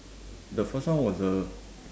the first one was a